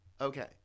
okay